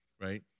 right